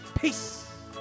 Peace